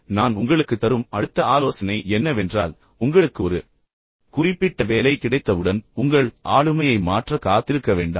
நான் உங்களுக்குத் தரும் அடுத்த ஆலோசனை என்னவென்றால் உங்களுக்கு ஒரு குறிப்பிட்ட வேலை கிடைத்தவுடன் உங்கள் ஆளுமையை மாற்ற காத்திருக்க வேண்டாம்